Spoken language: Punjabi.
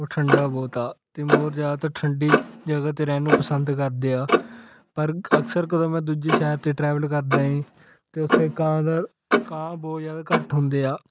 ਉਹ ਠੰਡਾ ਬਹੁਤ ਆ ਅਤੇ ਮੋਰ ਜ਼ਿਆਦਾਤਰ ਠੰਡੀ ਜਗ੍ਹਾ 'ਤੇ ਰਹਿਣ ਨੂੰ ਪਸੰਦ ਕਰਦੇ ਆ ਪਰ ਅਕਸਰ ਕਦੋਂ ਮੈਂ ਦੂਜੇ ਸ਼ਹਿਰ ਤੇ ਟਰੈਵਲ ਕਰਦਾ ਏ ਅਤੇ ਉੱਥੇ ਕਾਂ ਦਾ ਕਾਂ ਬਹੁਤ ਜ਼ਿਆਦਾ ਘੱਟ ਹੁੰਦੇ ਆ